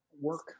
work